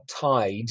tied